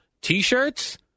T-shirts